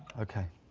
okay.